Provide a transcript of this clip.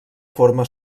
forma